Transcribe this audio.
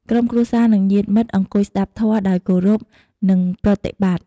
ក្រុមគ្រួសារ និងញាតិមិត្តអង្គុយស្ដាប់ធម៌ដោយគោរព និងប្រណិប័តន៍។